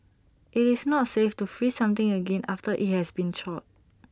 IT is not safe to freeze something again after IT has been thawed